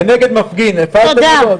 כנגד מפגין הפעלתם או לא?